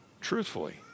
truthfully